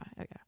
Okay